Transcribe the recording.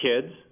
kids